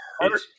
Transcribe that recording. hurt